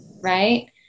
right